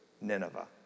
Nineveh